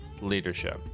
leadership